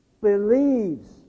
believes